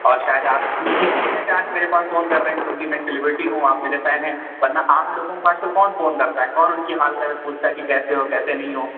اورشاید آپ اِسی وجہ سے آج میرے پاس فون کر رہے ہیں کیوں کہ میں سلیبریٹی ہوں آپ میرے فین ہیں ورنہ عام لوگوں کو آج کل کون فون کرتا ہے کون اُن کی حال خیریت پوچھتا ہے کہ کیسے ہو کیسے نہیں ہو